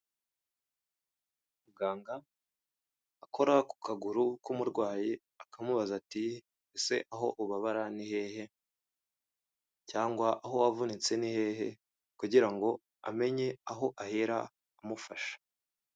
Muganga akora ku kaguru k'umurwayi akamubaza ati ese aho ubabara ni hehe cyangwa aho wavunitse ni hehe? Kugira ngo amenye aho ahera amufasha.